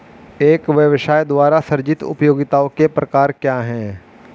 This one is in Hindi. एक व्यवसाय द्वारा सृजित उपयोगिताओं के प्रकार क्या हैं?